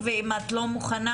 כיוון שאנחנו גם למודים מניסיון.